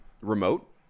remote